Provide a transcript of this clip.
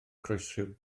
croesryw